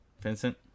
vincent